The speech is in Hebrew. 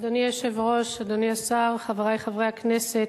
אדוני היושב-ראש, אדוני השר, חברי חברי הכנסת,